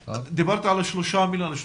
דיברת על שלושה מיליון שקלים.